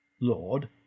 Lord